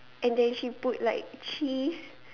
and then she put like cheese